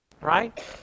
Right